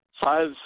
five